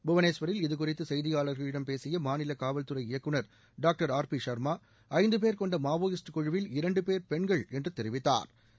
புவனேஸ்வரில் இது குறித்து செய்தியார்களிடம் பேசிய மாநில காவல்துறை இயக்குநர் டாக்டர் ஆர் பி ஷர்மா ஐந்து பேர் கொண்ட மாவோயிஸ்ட் குழுவில் இரண்டு பேர் பெணகள் என்று தெரிவித்தாா்